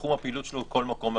תחום הפעילות שלו הוא כל מקום במדינה.